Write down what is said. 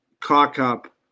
cock-up